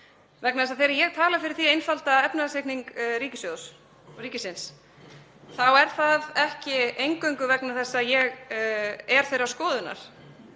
ríkið á í dag. Þegar ég tala fyrir því að einfalda efnahagsreikning ríkissjóðs og ríkisins þá er það ekki eingöngu vegna þess að ég er þeirrar skoðunar